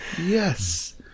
yes